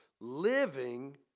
Living